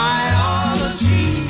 Biology